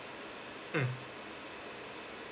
mm